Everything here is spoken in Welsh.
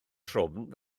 trwm